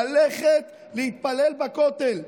ללכת להתפלל בכותל,